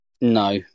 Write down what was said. No